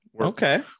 Okay